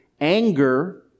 Anger